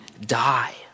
die